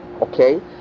Okay